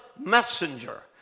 messenger